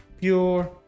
pure